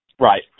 right